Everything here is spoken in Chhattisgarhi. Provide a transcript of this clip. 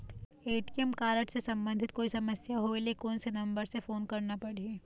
ए.टी.एम कारड से संबंधित कोई समस्या होय ले, कोन से नंबर से फोन करना पढ़ही?